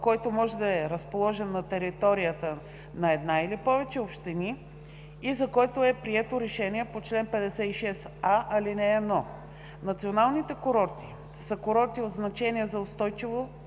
който може да е разположен на територията на една или повече общини и за който е прието решение по чл. 56а, ал. 1. Националните курорти са курорти от значение за устойчивото